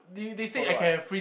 so do I